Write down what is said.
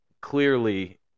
clearly